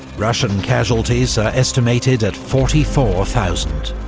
russian casualties are estimated at forty four thousand.